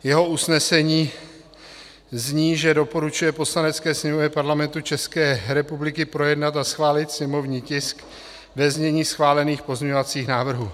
Jeho usnesení zní, že doporučuje Poslanecké sněmovně Parlamentu ČR projednat a schválit sněmovní tisk ve znění schválených pozměňovacích návrhů.